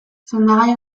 sendagai